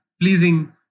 pleasing